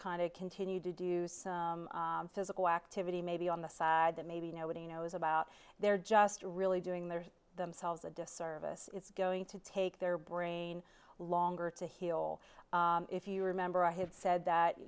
kind of continue to do some physical activity maybe on the side that maybe nobody knows about they're just really doing their themselves a disservice it's going to take their brain longer to heal if you remember i have said that